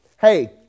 hey